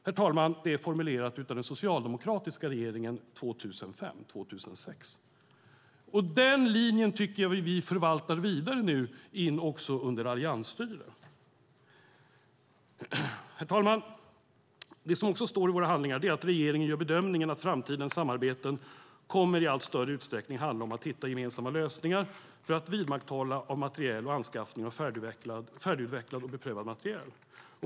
Det är formulerat av den socialdemokratiska regeringen 2005-2006. Den linjen tycker jag att vi nu förvaltar under alliansstyre. I våra handlingar står det att regeringen gör bedömningen att framtidens samarbete i allt större utsträckning kommer att handla om att hitta gemensamma lösningar för att vidmakthålla materiel och anskaffning av färdigutvecklad och beprövad materiel.